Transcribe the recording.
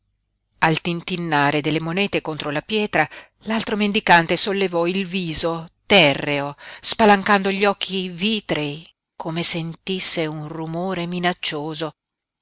al tintinnire delle monete contro la pietra l'altro mendicante sollevò il viso terreo spalancando gli occhi vitrei come sentisse un rumore minaccioso